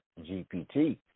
GPT